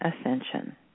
ascension